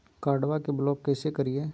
कार्डबा के ब्लॉक कैसे करिए?